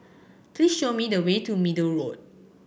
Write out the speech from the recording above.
please show me the way to Middle Road